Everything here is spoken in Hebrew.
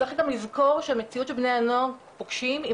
צריך גם לזכור שהמציאות שבני הנוער פוגשים היא